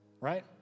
right